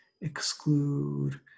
exclude